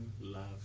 love